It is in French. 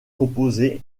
composés